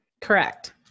Correct